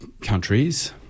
countries